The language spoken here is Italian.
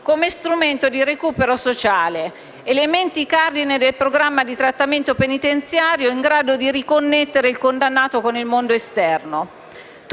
come strumento di recupero sociale, in quanto elementi cardine del programma di trattamento penitenziario, in grado di riconnettere il condannato con il mondo esterno.